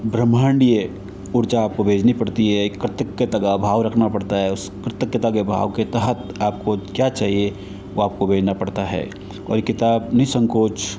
ब्रह्माण्डीय ऊर्जा आपको भेजनी पड़ती है एक कृतज्ञता का भाव रखना पड़ता है उस कृतज्ञता के भाव के तहत आपको क्या चाहिए वो आपको भेजना पड़ता है और ये किताब नि संकोच